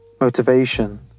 motivation